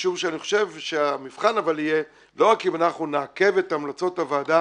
משום שאני חושב שהמבחן יהיה לא רק אם אנחנו נעכב את המלצות הוועדה